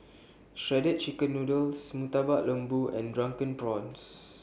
Shredded Chicken Noodles Murtabak Lembu and Drunken Prawns